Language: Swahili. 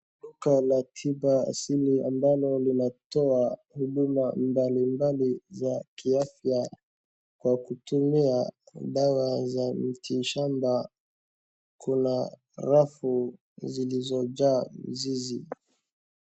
Dukala la timba sidi ambalo linatoa huduma mbalimbali za kiafya kwa kutumia dawa za miti shamba. Kuna rafu zilizojaa zizi